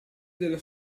della